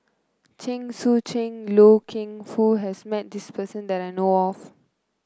Chen Sucheng Loy Keng Foo has met this person that I know of